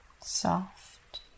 soft